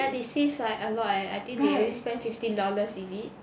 ya they save like a lot eh I think they spend only fifteen dollars is it